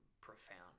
profound